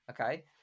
Okay